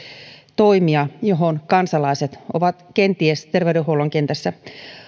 toimija johon kansalaiset ovat kenties terveydenhuollon kentässä